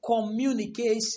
Communication